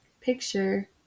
picture